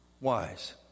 Wise